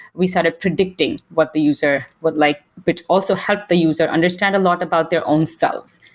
we started predicting what the user would like, but also help the user understand a lot about their own selves.